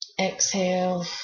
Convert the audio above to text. exhale